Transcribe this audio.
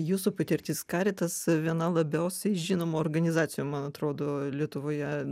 jūsų patirtis karitas viena labiausiai žinomų organizacijų man atrodo lietuvoje